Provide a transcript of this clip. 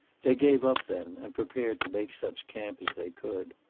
they gave up then, and prepared to make such camp as they could.